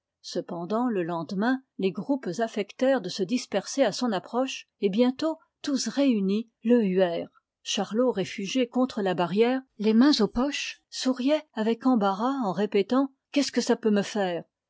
cependant le lendemain les groupes affectèrent de se disperser à son approche et bientôt tous réunis le huèrent charlot réfugié contre la barrière les mains aux poches souriait avec embarras en répétant qu'est ce que ça peut me faire